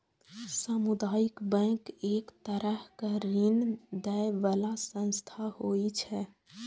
सामुदायिक बैंक एक तरहक ऋण दै बला संस्था होइ छै